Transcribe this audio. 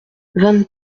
vingt